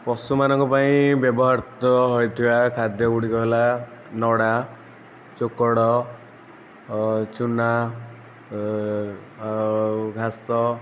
ପଶୁମାନଙ୍କ ପାଇଁ ବ୍ୟବହୃତ ହେଉଥିବା ଖାଦ୍ୟ ଗୁଡ଼ିକ ହେଲା ନଡ଼ା ଚୋକଡ଼ ଚୁନା ଆଉ ଘାସ